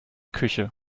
küche